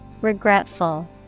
Regretful